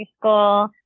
school